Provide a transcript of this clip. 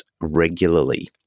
regularly